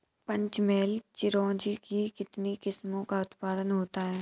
पंचमहल चिरौंजी की कितनी किस्मों का उत्पादन होता है?